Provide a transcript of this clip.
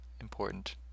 important